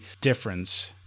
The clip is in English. difference